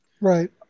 Right